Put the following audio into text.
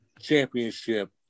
championship